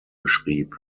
beschrieb